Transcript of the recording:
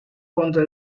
contra